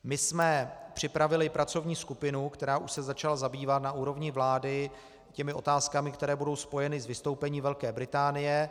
My jsme připravili pracovní skupinu, která už se začala zabývat na úrovni vlády otázkami, které budou spojeny s vystoupením Velké Británie.